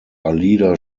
alida